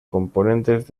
componentes